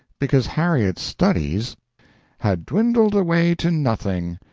because harriet's studies had dwindled away to nothing,